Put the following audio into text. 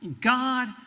God